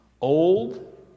old